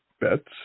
bets